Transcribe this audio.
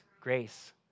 grace